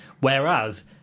Whereas